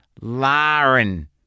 Lauren